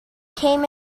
came